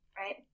Right